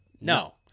No